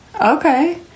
okay